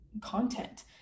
content